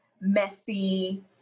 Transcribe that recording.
messy